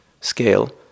scale